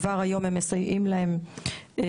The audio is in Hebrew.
כבר היום הם מסייעים להם בהעסקה.